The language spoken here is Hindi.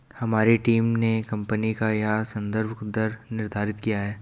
हमारी टीम ने कंपनी का यह संदर्भ दर निर्धारित किया है